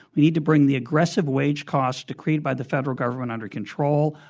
we need to bring the aggressive wage cost decreed by the federal government under control.